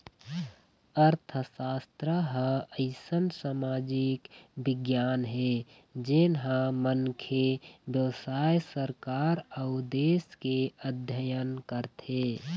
अर्थसास्त्र ह अइसन समाजिक बिग्यान हे जेन ह मनखे, बेवसाय, सरकार अउ देश के अध्ययन करथे